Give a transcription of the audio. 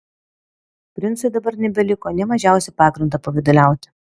princui dabar nebeliko nė mažiausio pagrindo pavyduliauti